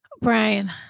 Brian